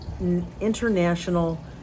international